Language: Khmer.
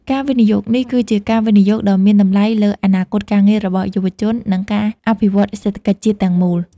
ការវិនិយោគនេះគឺជាការវិនិយោគដ៏មានតម្លៃលើអនាគតការងាររបស់យុវជន និងការអភិវឌ្ឍសេដ្ឋកិច្ចជាតិទាំងមូល។